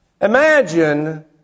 Imagine